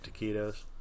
taquitos